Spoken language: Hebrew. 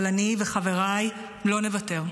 אבל אני וחבריי לא נוותר,